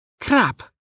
Crap